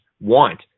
want